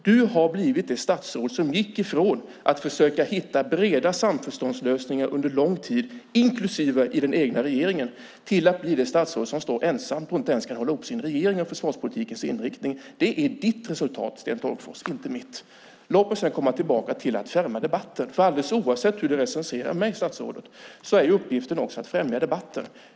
Du har blivit det statsråd som gick ifrån att försöka hitta breda samförståndslösningar under lång tid, inklusive i den egna regeringen, till att bli det statsråd som står ensamt och inte ens kan hålla ihop sin regering om försvarspolitikens inriktning. Det är ditt resultat, Sten Tolgfors, inte mitt. Låt mig sedan komma tillbaka till att främja debatten. Alldeles oavsett hur statsrådet recenserar mig är uppgiften också att främja debatten.